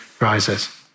rises